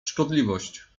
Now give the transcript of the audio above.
szkodliwość